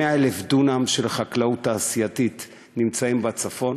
100,000 דונם של חקלאות תעשייתית נמצאים בצפון,